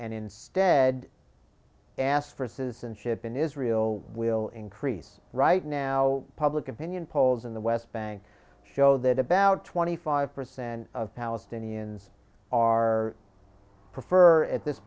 and instead asked for citizenship in israel will increase right now public opinion polls in the west bank show that about twenty five percent of palestinians are prefer at this